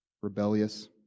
rebellious